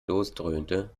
losdröhnte